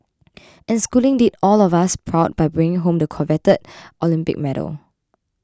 and Schooling did all of us proud by bringing home the coveted Olympic medal